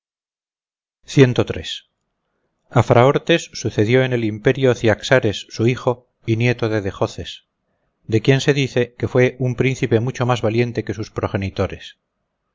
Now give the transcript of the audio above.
veintidós años a fraortes sucedió en el imperio ciaxares su hijo y nieto de dejoces de quien se dice que fue un príncipe mucho más valiente que sus progenitores